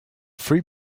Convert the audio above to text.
free